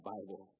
Bible